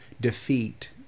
defeat